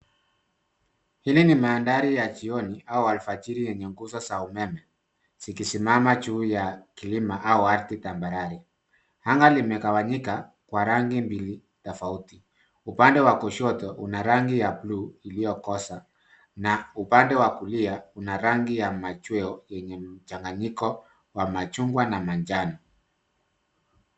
Hili ni mandhari ya jioni au alfajiri yenye nguzo za umeme, zikisimama juu ya kilima au ardhi tambarare. Anga limegawanyika kwa rangi mbili tofauti. Upande wa kushoto una rangi ya buluu iliyokoza, na upande wa kulia una rangi ya machweo yenye mchanganyiko wa machungwa na majani.